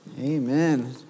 Amen